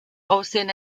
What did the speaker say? aussehen